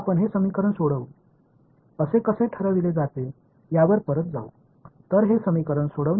இப்போது இந்த சமன்பாட்டை நாம் தீர்ப்போம் என்று எப்படி முடிவு செய்கிறோம் என்பதற்குச் செல்வோம்